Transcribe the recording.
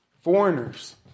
foreigners